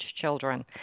children